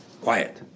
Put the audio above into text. quiet